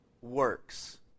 works